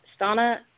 Stana